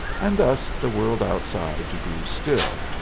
and thus the world outside grew still,